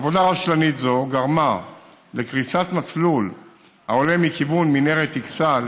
עבודה רשלנית זו גרמה לקריסת מסלול העולה מכיוון מנהרת אכסאל